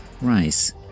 rice